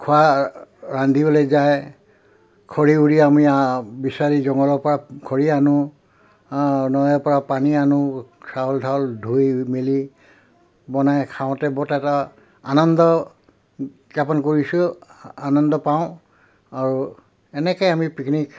খোৱা ৰান্ধিবলৈ যায় খৰি উলিয়াই আমি বিচাৰি জংগলৰ পৰা খৰি আনো নৈৰ পা পানী আনো চাউল তাওল ধুই মেলি বনাই খাওঁতে বহুত এটা আনন্দ জ্ঞাপন কৰিছোঁ আনন্দ পাওঁ আৰু এনেকৈ আমি পিকনিক